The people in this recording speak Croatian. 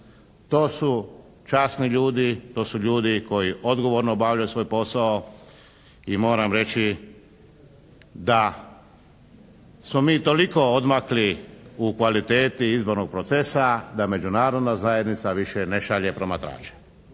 To su časni ljudi, to su ljudi koji odgovorno obavljaju svoj posao i moram reći da smo mi toliko odmakli u kvaliteti izbornog procesa da međunarodna zajednica više ne šalje promatrače.